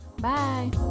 Bye